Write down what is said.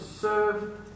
serve